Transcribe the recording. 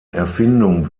erfindung